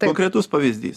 konkretus pavyzdys